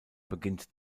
beginnt